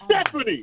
Stephanie